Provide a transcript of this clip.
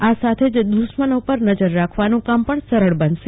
આ સાથે જ દુશ્મનો પર નજર રાખવાનું કામ પણ સરળ બનશે